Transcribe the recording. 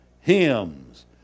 hymns